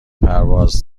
پرواز